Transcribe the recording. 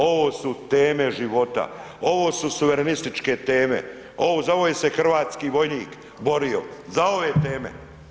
Ovo su teme života, ovo su suverenističke teme, ovo, za ovo se hrvatski vojnik borio, za ove teme.